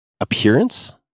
appearance